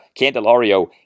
Candelario